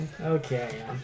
Okay